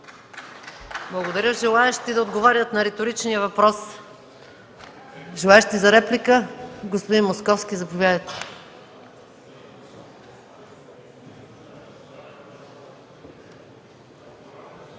Благодаря. Желаещи да отговарят на риторичния въпрос? Желаещи за реплика? Господин Московски, заповядайте.